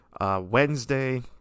Wednesday